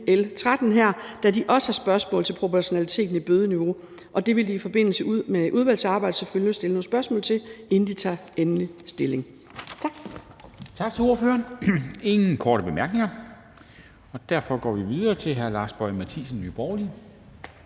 L 13 her, da de også har spørgsmål til proportionaliteten i bødeniveauet, og det vil de i forbindelse med udvalgsarbejdet selvfølgelig stille nogle spørgsmål om, inden de tager endeligt stilling. Tak. Kl. 14:23 Formanden (Henrik Dam Kristensen): Tak til ordføreren. Der er ingen korte bemærkninger. Derfor går vi videre til hr. Lars Boje Mathiesen, Nye Borgerlige.